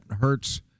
hurts